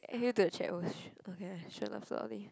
add you to the chat !oh shoot! okay I